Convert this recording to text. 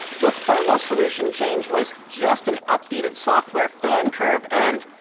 the thermal solution change was just an updated software fan curve and,